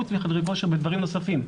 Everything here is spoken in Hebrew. חוץ מחדרי כושר בדברים נוספים,